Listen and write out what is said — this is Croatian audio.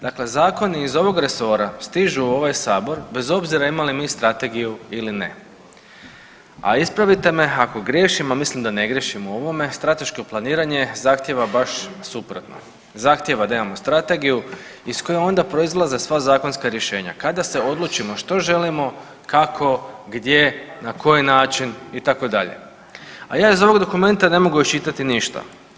Dakle, zakoni iz ovog resora stižu u ovaj sabor bez obzira imali mi strategiju ili ne, a ispravite me ako griješim, a mislim da ne griješim u ovome, strateško planiranje zahtjeva baš suprotno, zahtjeva da imamo strategiju iz koje onda proizlaze sva zakonska rješenja kada se odlučimo što želimo, kako, gdje, na koji način itd., a ja iz ovog dokumenta ne mogu iščitati ništa.